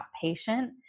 patient